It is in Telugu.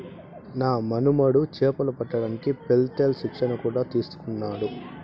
నా మనుమడు చేపలు పట్టడానికి పెత్తేల్ శిక్షణ కూడా తీసుకున్నాడు